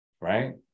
Right